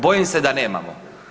Bojim se da nemamo.